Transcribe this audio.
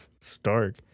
Stark